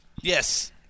yes